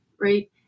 right